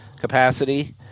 capacity